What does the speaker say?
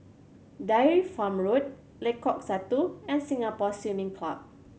Dairy Farm Road Lengkok Satu and Singapore Swimming Club